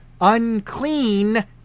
unclean